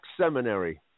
Seminary